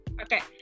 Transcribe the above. Okay